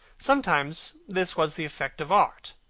sometimes this was the effect of art,